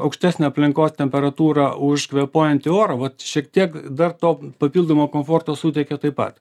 aukštesnė aplinkos temperatūra už kvėpuojantį orą vat šiek tiek dar to papildomo komforto suteikia taip pat